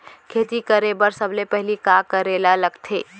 खेती करे बर सबले पहिली का करे ला लगथे?